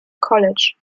college